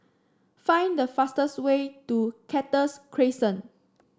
find the fastest way to Cactus Crescent